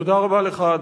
תודה רבה לך,